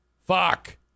Fuck